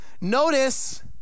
Notice